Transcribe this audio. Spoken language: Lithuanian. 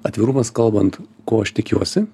atvirumas kalbant ko aš tikiuosi